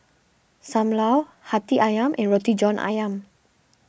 Sam Lau Hati Ayam and Roti John Ayam